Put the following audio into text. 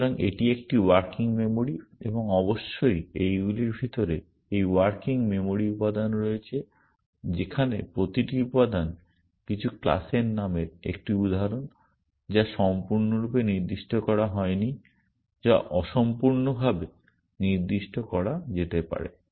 সুতরাং এটি একটি ওয়ার্কিং মেমরি এবং অবশ্যই এইগুলির ভিতরে এই ওয়ার্কিং মেমরি উপাদান রয়েছে যেখানে প্রতিটি উপাদান কিছু ক্লাসের নামের একটি উদাহরণ যা সম্পূর্ণরূপে নির্দিষ্ট করা হয়নি যা অসম্পূর্ণভাবে নির্দিষ্ট করা যেতে পারে